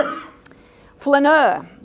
Flaneur